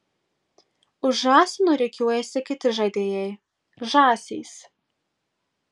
už žąsino rikiuojasi kiti žaidėjai žąsys